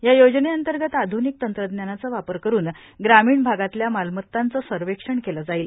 या योजनेअंतर्गत आध्निक तंत्रज्ञानाचा वापर करून ग्रामीण भागातल्या मालमत्तांच सर्वेक्षण केलं जाईल